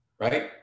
Right